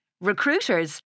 Recruiters